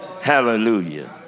hallelujah